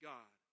God